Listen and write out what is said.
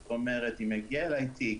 זאת אומרת, אם מגיע אלי תיק,